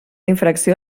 infracció